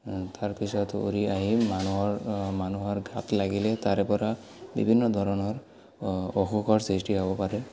তাৰপিছত উৰি আহি মানুহৰ মানুহৰ গাত লাগিলে তাৰে পৰা বিভিন্ন ধৰণৰ অসুখৰ সৃষ্টি হ'ব পাৰে